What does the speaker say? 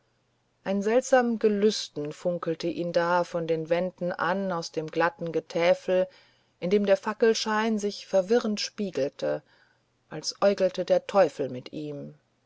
ein seltsam gelüsten funkelte ihn da von den wänden an aus dem glatten getäfel in dem der fackelschein sich verwirrend spiegelte als äugelte der teufel mit ihm